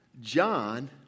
John